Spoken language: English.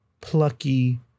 plucky